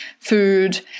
food